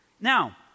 Now